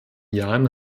jahren